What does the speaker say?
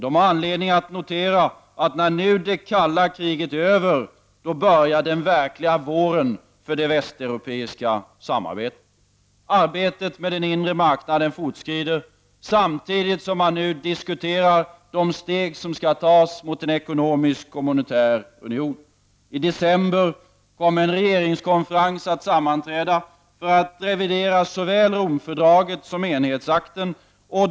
De har anledning att notera att när nu det kalla kriget är över, börjar den verkliga våren för det västeuropeiska samarbetet. Arbetet med den inre marknaden fortskrider, samtidigt som man nu diskuterar de steg som skall tas mot en ekonomisk och monetär union. I december kommer en regeringskonferens att sammanträda för att revidera såväl Romfördraget som enhetsakten.